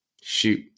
shoot